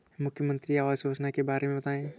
मुख्यमंत्री आवास योजना के बारे में बताए?